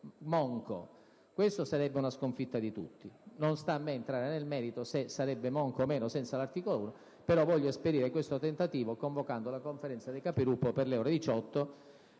monco. Sarebbe questa una sconfitta di tutti. Non sta a me entrare nel merito se sia monco o meno senza l'articolo 1, però voglio esperire questo tentativo convocando la Conferenza dei Capigruppo per le ore 18.